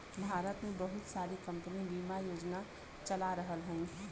भारत में बहुत सारी कम्पनी बिमा योजना चला रहल हयी